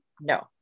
No